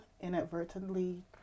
inadvertently